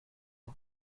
and